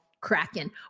Kraken